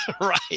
Right